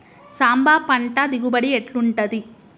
సాంబ పంట దిగుబడి ఎట్లుంటది?